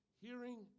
hearing